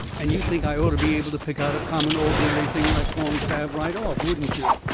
and you'd think i orter be able to pick out a common, ordinary thing like corn salve right off, wouldn't you?